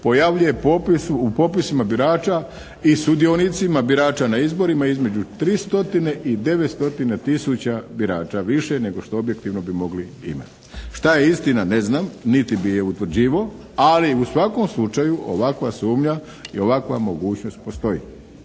pojavljuje u popisima birača i sudionicima birača na izborima između 300 i 900 birača više nego što objektivno bi mogli imati. Šta je istina ne znam, niti bi je utvrđivao, ali u svakom slučaju ovakva sumnja i ovakva mogućnost postoji.